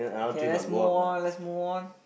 K let's move on let's move on